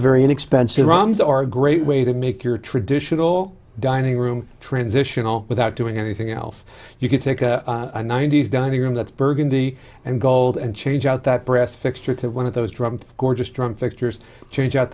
very inexpensive roms are a great way to make your traditional dining room transitional without doing anything else you can take a ninety's dining room that's burgundy and gold and change out that brass fixture to one of those drum gorgeous drum fixture change out